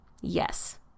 Yes